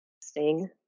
sting